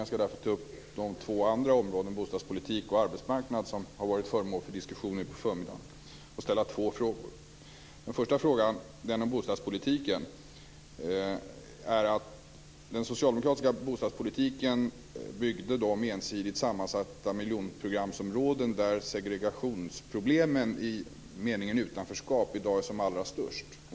Jag ska därför ta upp de två andra områdena, bostadspolitiken och arbetsmarknadspolitiken, som har varit föremål för diskussion nu på förmiddagen och ställa två frågor. Den första frågan gäller bostadspolitiken. Det var den socialdemokratiska bostadspolitiken som innebar att man byggde de ensidigt sammansatta miljonprogramsområden där segregationsproblemen i meningen utanförskap i dag är som allra störst.